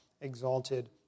exalted